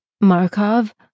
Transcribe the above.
Markov